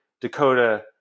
Dakota